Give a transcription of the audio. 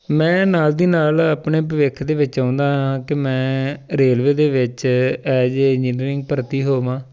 ਮੈਂ ਨਾਲ ਦੀ ਨਾਲ ਆਪਣੇ ਭਵਿੱਖ ਦੇ ਵਿੱਚ ਚਾਹੁੰਦਾ ਹਾਂ ਕਿ ਮੈਂ ਰੇਲਵੇ ਦੇ ਵਿੱਚ ਐਜ ਏ ਇੰਜੀਨੀਅਰਿੰਗ ਭਰਤੀ ਹੋਵਾਂ